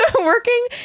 working